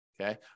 Okay